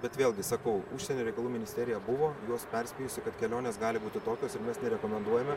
bet vėlgi sakau užsienio reikalų ministerija buvo juos perspėjusi kad kelionės gali būti tokios ir mes nerekomenduojame